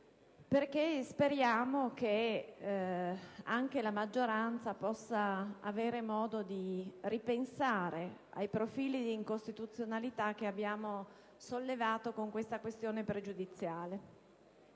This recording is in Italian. perché speriamo che anche la maggioranza possa avere modo di ripensare ai profili di incostituzionalità che abbiamo sollevato con tale questione.